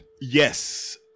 Yes